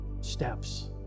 steps